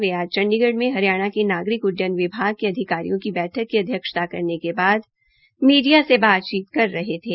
वे आज चंडीगढ़ में हरियाणा के नागरिक उड्डयन विभाग के अधिकारियों के बैठक की अध्यक्षता करने के बाद मीडिया से रू ब रू हो रहे थे